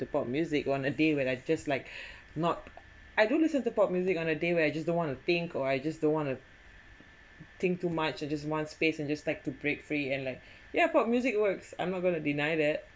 the pop music on a day when I just like not I do listen to pop music on a day where I just don't want to think or I just don't want to think too much I just want space and just like to break free and like yeah pop music works I'm not going to deny that